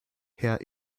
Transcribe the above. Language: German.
herr